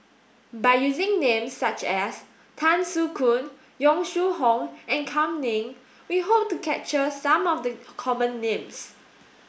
by using names such as Tan Soo Khoon Yong Shu Hoong and Kam Ning we hope to capture some of the common names